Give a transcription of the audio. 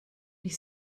die